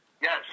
Yes